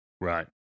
Right